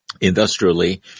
industrially